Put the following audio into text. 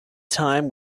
time